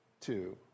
two